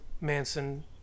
Manson